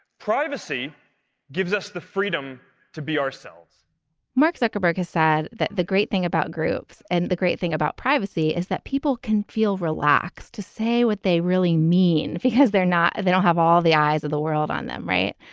privacy gives us the freedom to be ourselves mark zuckerberg has said that the great thing about groups and the great thing about privacy is that people can feel relaxed to say what they really mean because they're not and they don't have all the eyes of the world on them. right.